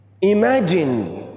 Imagine